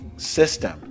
System